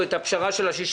או את הפשרה של 6%?